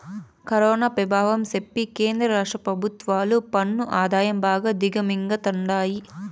corona పెభావం సెప్పి కేంద్ర రాష్ట్ర పెభుత్వాలు పన్ను ఆదాయం బాగా దిగమింగతండాయి